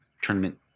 tournament